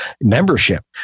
membership